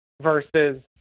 versus